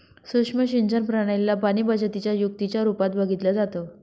सुक्ष्म सिंचन प्रणाली ला पाणीबचतीच्या युक्तीच्या रूपात बघितलं जातं